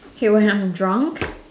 K when I'm drunk